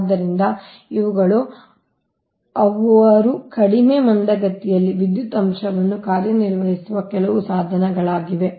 ಆದ್ದರಿಂದ ಇವುಗಳು ಅವರು ಕಡಿಮೆ ಮಂದಗತಿಯ ವಿದ್ಯುತ್ ಅಂಶದಲ್ಲಿ ಕಾರ್ಯನಿರ್ವಹಿಸುವ ಕೆಲವು ಸಾಧನಗಳಾಗಿವೆ